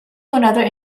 another